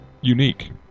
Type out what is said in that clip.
unique